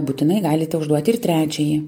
būtinai galite užduoti ir trečiąjį